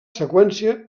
seqüència